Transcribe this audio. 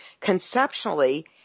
conceptually